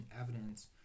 evidence